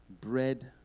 bread